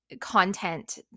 content